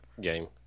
game